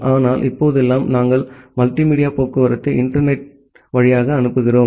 ஆனால் இப்போதெல்லாம் நாங்கள் மல்டிமீடியா போக்குவரத்தை இன்டர்நெட் ம் வழியாக அனுப்புகிறோம்